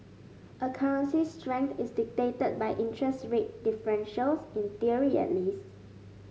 a currency's strength is dictated by interest rate differentials in theory at least